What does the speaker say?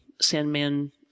Sandman